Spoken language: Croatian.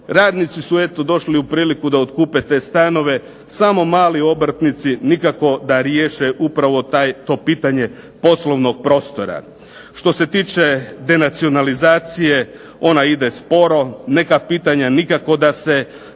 Radnici su eto došli u priliku da otkupe te stanove. Samo mali obrtnici nikako da riješe upravo to pitanje poslovnog prostora. Što se tiče te nacionalizacije ona ide sporo. Neka pitanja nikako da se